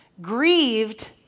grieved